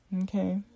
okay